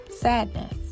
sadness